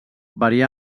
varia